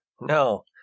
No